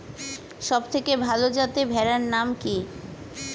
সবথেকে ভালো যাতে ভেড়ার নাম কি?